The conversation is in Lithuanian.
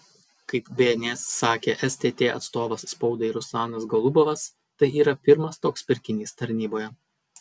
kaip bns sakė stt atstovas spaudai ruslanas golubovas tai yra pirmas toks pirkinys tarnyboje